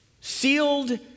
sealed